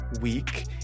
week